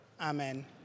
Amen